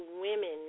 women